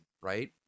right